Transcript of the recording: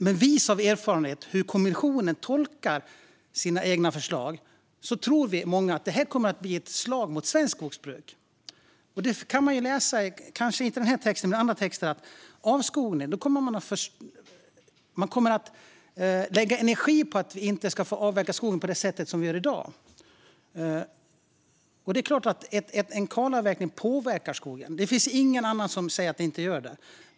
Men visa av erfarenhet när det gäller hur kommissionen tolkar sina egna förslag är vi många som tror att det här kommer att bli ett slag mot svenskt skogsbruk. Kanske inte i den här texten men i andra texter som gäller avskogning kan vi läsa att man kommer att lägga energi på att vi inte ska få avverka skogen på det sätt som vi gör i dag. Det är klart att kalavverkning påverkar skogen. Ingen säger att den inte gör det.